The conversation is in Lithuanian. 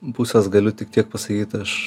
pusės galiu tik tiek pasakyt aš